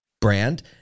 brand